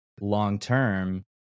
long-term